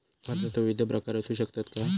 कर्जाचो विविध प्रकार असु शकतत काय?